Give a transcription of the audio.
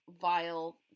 vile